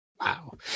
Wow